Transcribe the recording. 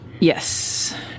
yes